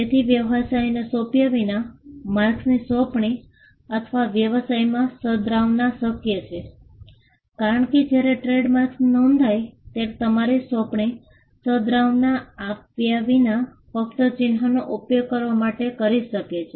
તેથી વ્યવસાયને સોંપ્યા વિના માર્કસની સોંપણી અથવા વ્યવસાયમાં સદ્ભાવના શક્ય છે કારણ કે જ્યારે ટ્રેડમાર્ક્સ નોંધાય ત્યારે તમારી સોંપણી સદ્ભાવના આપ્યા વિના ફક્ત ચિહ્નનો ઉપયોગ કરવા માટે કરી શકો છો